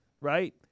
right